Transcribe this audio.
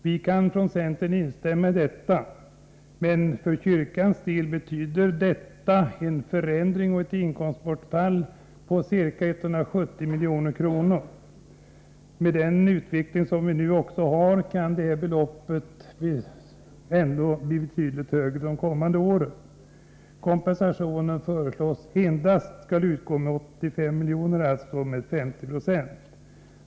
Vi kan från centern instämma i detta, men för kyrkans del betyder det en förändring och ett inkomstbortfall på ca 170 milj.kr. Med den utveckling vi nu har kan detta belopp bli betydligt högre under kommande år. Kompensationen föreslås endast utgå med 85 miljoner, alltså med 50 26.